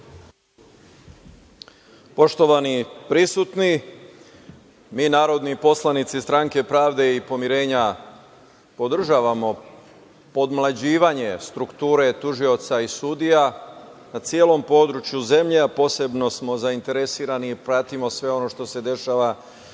Poštovani prisutni, mi narodni poslanici Stranke i pomirenja podržavamo podmlađivanje strukture tužioca i sudija na celom području zemlje, a posebno smo zainteresovani i pratimo sve ono što se dešava